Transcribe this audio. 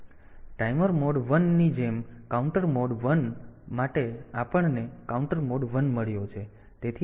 timer mode 1 ની જેમ counter mode 1 માટે આપણને કાઉન્ટર મોડ 1 મળ્યો છે